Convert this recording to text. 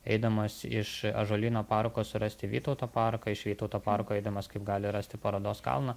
eidamas iš ąžuolyno parko surasti vytauto parką iš vytauto parko eidamas kaip gali rasti parodos kalną